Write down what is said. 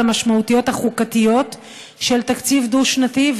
המשמעויות החוקתיות של תקציב דו-שנתי,